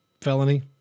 felony